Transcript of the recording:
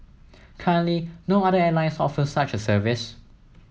currently no other airlines offer such a service